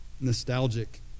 nostalgic